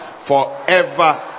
forever